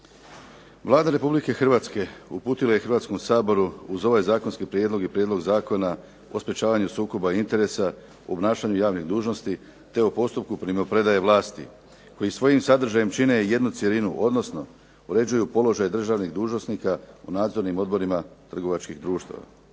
Vlada Republike Hrvatske uputila je Hrvatskom saboru uz ovaj Zakonski prijedlog i Prijedlog zakona o sprečavanju sukoba interesa u obnašanju javnih dužnosti te o postupku primopredaje vlasti, koji svojim sadržajem čine jednu cjelinu odnosno određuju položaj državnih dužnosnika u nadzornim odborima trgovačkih društava.